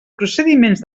procediments